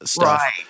Right